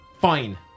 fine